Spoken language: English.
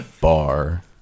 bar